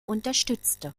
unterstützte